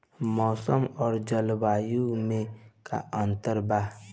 मौसम और जलवायु में का अंतर बा?